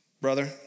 brother